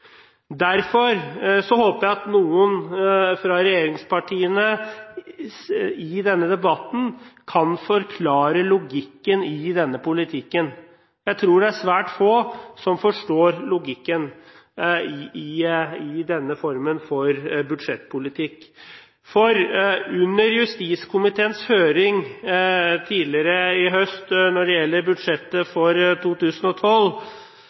Derfor håper jeg at noen fra regjeringspartiene i denne debatten kan forklare logikken i denne politikken. Jeg tror det er svært få som forstår logikken i denne formen for budsjettpolitikk. Under justiskomiteens høring tidligere i høst når det gjaldt budsjettet for 2012,